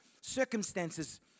circumstances